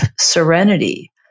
serenity